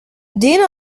din